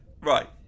Right